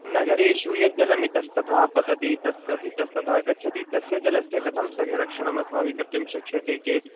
नगरेषु यत् जलं इतस्ततः पतति तत् इतस्ततः गच्छति तस्य जलस्य कथं संरक्षणं अस्माभिः कर्तुं शक्ष्यते चेत्